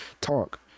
talk